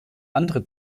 andere